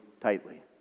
tightly